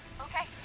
Okay